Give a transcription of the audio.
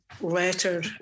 letter